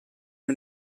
who